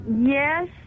Yes